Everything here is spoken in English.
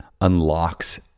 unlocks